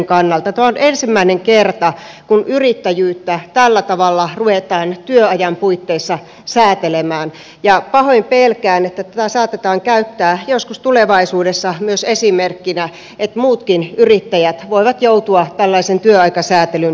tämä on ensimmäinen kerta kun yrittäjyyttä tällä tavalla ruvetaan työajan puitteissa säätelemään ja pahoin pelkään että tätä saatetaan käyttää joskus tulevaisuudessa myös esimerkkinä niin että muutkin yrittäjät voivat joutua tällaisen työaikasäätelyn piiriin